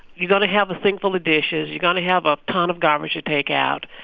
you're going to have a sink full of dishes. you're going to have a ton of garbage to take out.